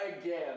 again